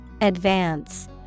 Advance